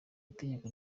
itegeko